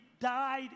died